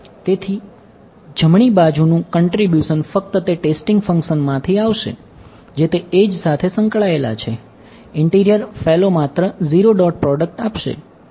તેથી જમણી બાજુનું કન્ટ્રીબ્યુસન માત્ર 0 ડોટ પ્રોડક્ટ આપશે